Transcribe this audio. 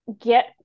get